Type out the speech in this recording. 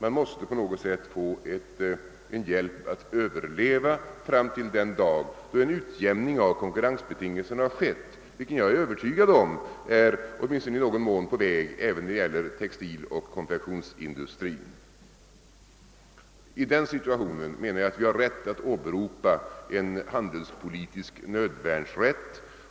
De måste på något sätt få hjälp att öveleva fram till den dag då en utjämning av konkurrensbe tingelserna har skett. Jag är övertygad om att sådana lättnader åtminstone i någon mån är på väg även när det gäller textiloch konfektionsindustrin. I den situationen anser jag att vi är berättigade att åberopa en handelspolitisk nödvärnsrätt.